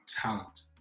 talent